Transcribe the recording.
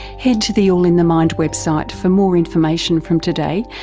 head to the all in the mind website for more information from today,